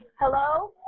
Hello